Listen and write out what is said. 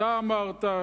אתה אמרת,